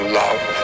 love